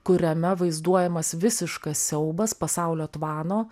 kuriame vaizduojamas visiškas siaubas pasaulio tvano